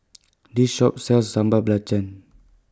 This Shop sells Sambal Belacan